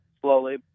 slowly